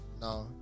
no